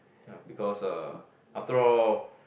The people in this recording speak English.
ya because uh after all